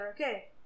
okay